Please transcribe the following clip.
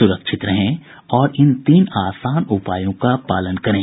सुरक्षित रहें और इन तीन आसान उपायों का पालन करें